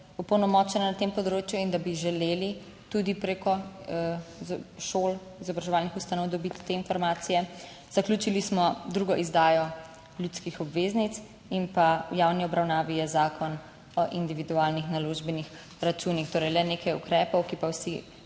opolnomočene na tem področju in da bi želeli tudi preko šol, izobraževalnih ustanov dobiti te informacije. Zaključili smo drugo izdajo ljudskih obveznic in pa v javni obravnavi je Zakon o individualnih naložbenih računih. Torej, le nekaj ukrepov, ki pa vsi